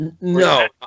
No